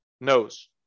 knows